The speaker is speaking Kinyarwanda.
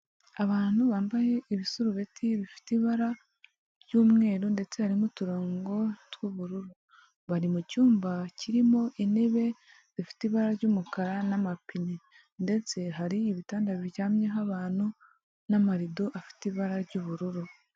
Abantu bambaye ibisurubeti bifite ibara ry'umweru ndetse harimo uturongo tw'ubururu. Bari mu cyumba kirimo intebe zifite ibara ry'umukara n'amapine ndetse hari ibitanda biryamyeho abantu n'amarido afite ibara ry'ubururu.